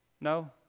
No